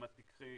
אם תקחי